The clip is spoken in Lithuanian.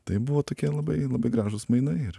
tai buvo tokie labai labai gražūs mainai ir